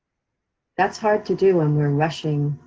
that's hard to do when we're rushing,